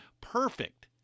perfect